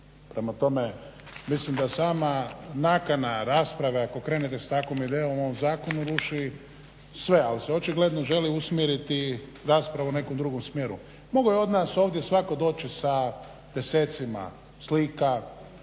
Prema tome, mislim da sama nakana rasprave ako krenete s takvom idejom u ovom zakonu ruši sve, ali se očigledno želi usmjeriti raspravu u nekom drugom smjeru. Mogao je od nas ovdje svatko doći sa desecima slika